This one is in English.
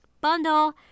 bundle